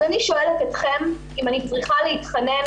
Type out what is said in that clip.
אז אני שואלת אתכם אם אני צריכה להתחנן,